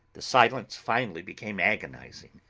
the silence finally became agonising.